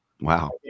Wow